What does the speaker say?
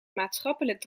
maatschappelijk